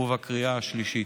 ובקריאה השלישית.